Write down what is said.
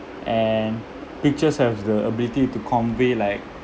and pictures have the ability to convey like